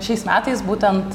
šiais metais būtent